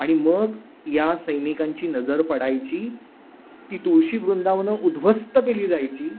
आणि मग या सैनिकांची नजर पडायची ती तुळशी वृंदावनं उद्ध्वस्त केली जायची